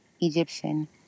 Egyptian